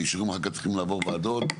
והאישורים אחר כך צריכים לעבור ועדות.